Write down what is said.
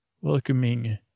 welcoming